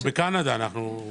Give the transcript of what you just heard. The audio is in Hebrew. אנחנו בקנדה; אנחנו במצב אוטופי.